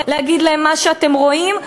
להגיד להם: מה שאתם רואים,